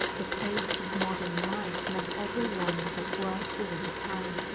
the pace of modern life meant everyone was at work all the time,